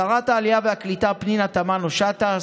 שרת העלייה והקליטה פנינה תמנו שטה,